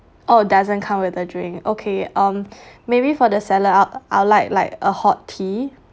oh doesn't come with the drink okay um maybe for the salad I'd I'd like like a hot tea